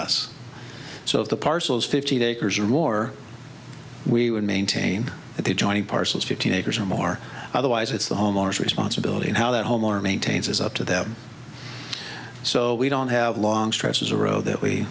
us so if the parcels fifteen acres or more we would maintain the joining parcels fifteen acres or more otherwise it's the homeowners responsibility and how that homeowner maintains is up to them so we don't have long stretches of road that we